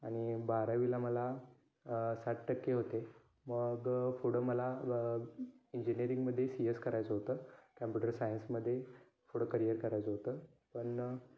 आणि बारावीला मला अ साठ टक्के होते मग पुढं मला इंजिनीअरिंगमध्ये सी एस करायचं होतं कॅम्पुटर सायन्समध्ये थोडं करियर करायचं होतं पण